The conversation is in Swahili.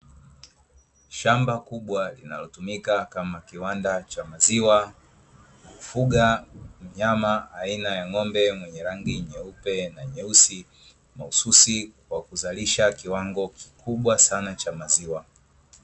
Shamba kubwa linalotumika kama kiwanda cha maziwa, hufuga mnyama aina ya ng'ombe mwenye rangi nyeupe na nyeusi mahususi kwa kuzalisha kiwango kikubwa cha maziwa.